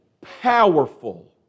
powerful